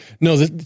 No